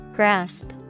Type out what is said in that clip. Grasp